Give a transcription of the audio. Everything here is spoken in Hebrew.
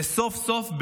וסוף-סוף,